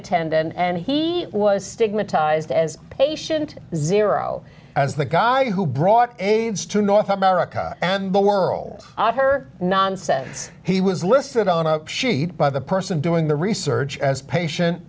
attendant and he was stigmatized as patient zero as the guy who brought aids to north america and the world for nonsense he was listed on a sheet by the person doing the research as patient